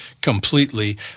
completely